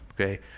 okay